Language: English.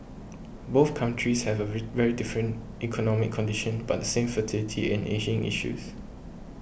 both countries have a very different economic conditions but the same fertility and ageing issues